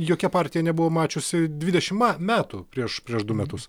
jokia partija nebuvo mačiusi dvidešim ma metų prieš prieš du metus